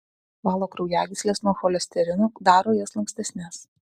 valo kraujagysles nuo cholesterino daro jas lankstesnes